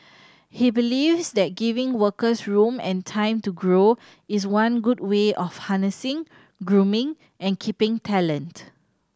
he believes that giving workers room and time to grow is one good way of harnessing grooming and keeping talent